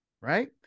right